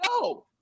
No